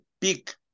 peak